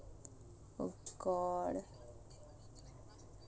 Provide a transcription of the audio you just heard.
oh god